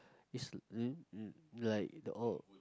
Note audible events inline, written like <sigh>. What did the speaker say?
is <noise> like the all